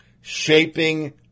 shaping